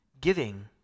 Giving